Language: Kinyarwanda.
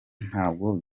ntabwo